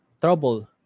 trouble